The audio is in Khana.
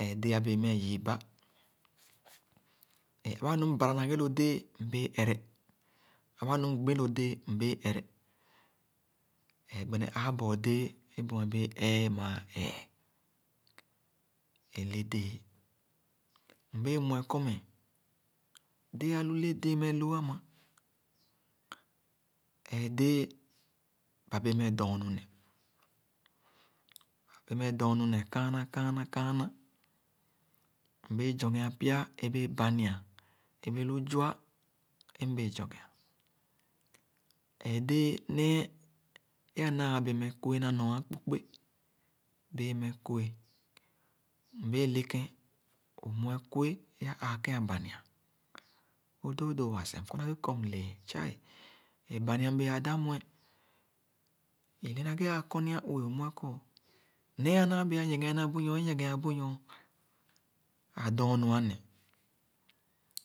Eẽ dẽẽ abẽẽ me yiiba. E érabanu mbãra na ghẽ lõ déé, mbẽẽ ère; èrebanu mgbi lo déé mbéé èré. Ẽẽ gbene ãã-bɔɔ déé ẽ bu-me béé éé mãã ẽẽ. Ẽlẽ déé, mbẽè le nor be kɔ pya-nee bã bẽẽ meh nyiegea bu nyor; pya-néé dɔnu meh ne. Bu-me béé éẽ gbena. Alu déé é mbéégbi kɔ me-akiisi doo-wo, buu, ãba lo dẽẽ, alu loo dorna déé, amea na ghe doo-wo, but-i, déé alu le déé ẽẽ dẽẽ a ãã-ba Bari; ẽ bẽẽ sere nua-kéé, nyone béé-wo, déé áma naa bẽẽ gba yibe-déé sah gba-lu, meh ã bẽẽ lu zii zii sor, zii zii tɔno. Eẽ dẽẽ ẽ